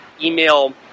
email